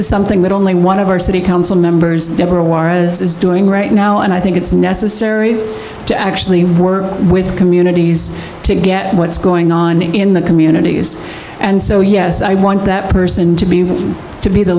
is something that only one of our city council members deborah juarez is doing right now and i think it's necessary to actually work with communities to get what's going on in the communities and so yes i want that person to be able to be the